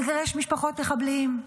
נגרש משפחות מחבלים,